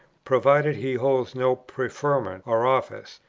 provided he holds no preferment or office,